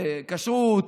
כשרות,